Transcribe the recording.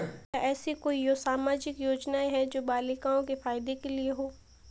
क्या ऐसी कोई सामाजिक योजनाएँ हैं जो बालिकाओं के फ़ायदे के लिए हों?